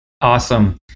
awesome